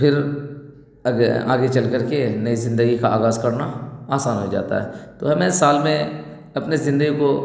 پھر آگے آگے چل کر کے نئی زندگی کا آغاز کرنا آسان ہو جاتا ہے تو ہمیں سال میں اپنے زندگی کو